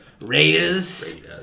Raiders